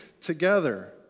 together